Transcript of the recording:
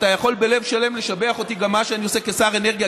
אתה יכול בלב שלם לשבח אותי גם על מה שאני עושה כשר אנרגיה,